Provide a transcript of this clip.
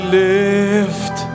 lift